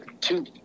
two